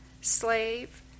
slave